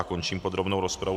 Končím podrobnou rozpravu.